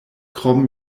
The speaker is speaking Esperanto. krom